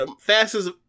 fastest